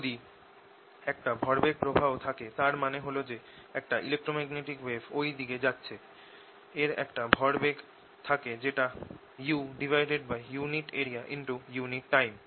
যদি একটা ভরবেগ প্রবাহ থাকে তার মানে হল যে একটা ইলেক্ট্রোম্যাগনেটিক ওয়েভ এই দিক দিয়ে যাচ্ছে এর একটা ভরবেগ থাকে যেটা uunit areaunit time